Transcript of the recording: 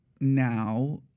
now